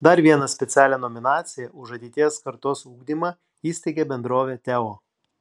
dar vieną specialią nominaciją už ateities kartos ugdymą įsteigė bendrovė teo